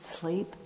sleep